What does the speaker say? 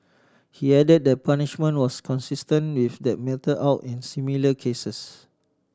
he added that the punishment was consistent with that meted out in similar cases